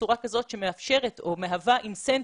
בצורה כזאת שמאפשרת או מהווה אינסנטיב,